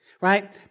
right